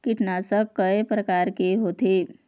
कीटनाशक कय प्रकार के होथे?